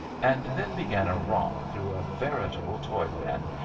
and then began a romp through a veritable toyland,